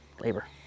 labor